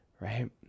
right